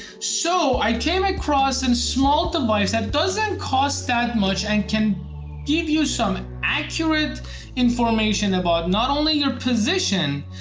so i came across a and small device that doesn't cost that much and can give you some accurate information about not only your position,